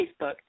Facebook